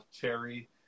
cherry